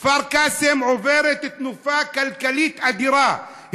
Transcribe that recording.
כפר קאסם עוברת תנופה כלכלית אדירה,